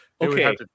Okay